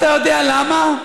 אתה יודע למה?